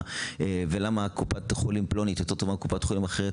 ולמה קופת חולים פלונית יותר טובה מהקופה האחרת,